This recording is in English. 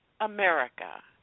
America